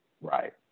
right